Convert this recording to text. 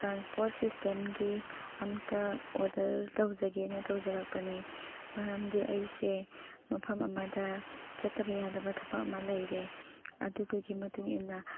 transport ꯁꯤꯁꯇꯦꯝꯒꯤ ꯑꯃꯇ order ꯇꯧꯖꯒꯦꯅ ꯇꯧꯖꯔꯛꯄꯅꯦ ꯃꯔꯝꯗꯤ ꯑꯩꯁꯦ ꯃꯐꯝ ꯑꯃꯗ ꯆꯠꯇꯕ ꯌꯥꯗꯕ ꯊꯕꯛ ꯑꯃ ꯂꯩꯔꯦ ꯑꯗꯨꯗꯨꯒꯤ ꯃꯇꯨꯡ ꯏꯟꯅ